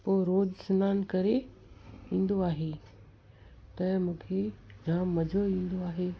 हो रोज स्नानु करे ईन्दो आहे त मूंखे जाम मजो ईन्दो आहे